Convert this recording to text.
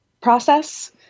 process